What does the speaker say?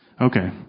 Okay